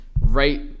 right –